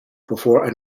before